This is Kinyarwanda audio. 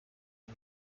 iyi